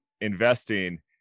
investing